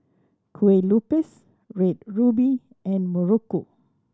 Kueh Lupis Red Ruby and muruku